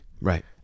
Right